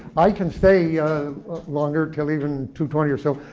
i can stay longer, until even two twenty or so.